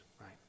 right